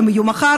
הן יהיו מחר,